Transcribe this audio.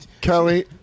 kelly